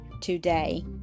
today